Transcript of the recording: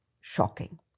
shocking